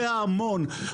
יודע המון.